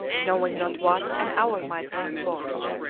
knowing not what an hour might bring forth.